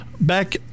back